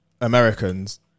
Americans